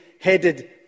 headed